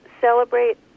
celebrate